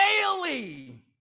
Daily